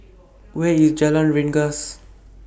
Where IS Jalan Rengas